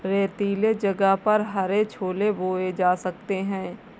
रेतीले जगह पर हरे छोले बोए जा सकते हैं